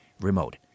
remote